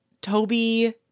Toby